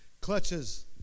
clutches